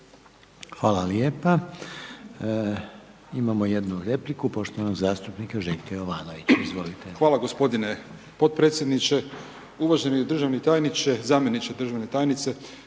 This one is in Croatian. Hvala lijepa. Imamo jednu repliku, poštovanog zastupnika Željka Jovanovića. **Jovanović, Željko (SDP)** Hvala g. potpredsjedniče, uvaženi državni tajniče, zamjenice državne tajnice.